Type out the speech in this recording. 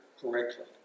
correctly